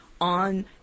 on